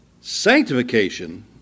Sanctification